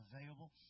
available